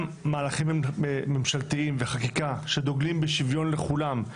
גם במהלכים ממשלתיים וחקיקה שדוגלים בשוויון לכולם,